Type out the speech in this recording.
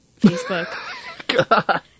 Facebook